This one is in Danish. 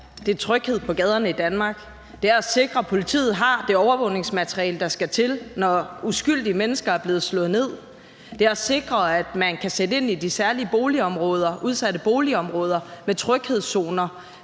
Det er tryghed i gaderne i Danmark; det er at sikre, at politiet har det overvågningsmateriale, der skal til, når uskyldige mennesker er blevet slået ned; det er at sikre, at man kan sætte ind i de udsatte boligområder med tryghedszoner